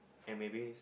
and maybes